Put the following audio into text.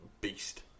beast